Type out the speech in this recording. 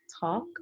talk